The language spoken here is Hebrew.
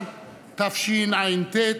נא לקום.